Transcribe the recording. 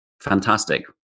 Fantastic